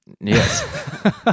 Yes